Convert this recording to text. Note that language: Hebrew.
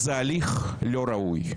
זה הליך לא ראוי.